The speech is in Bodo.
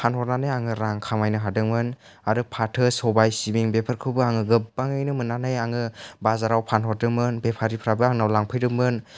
फानहरनानै आङो रां खामायनो हादोंमोन आरो फाथो सबाय सिबिं बेफोरखौबो आङो गोबाङैनो मोननानै आङो बाजाराव फानहरदोंमोन बेफारिफ्राबो आंनाव लांफैदोंमोन